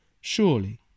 Surely